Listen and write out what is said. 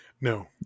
No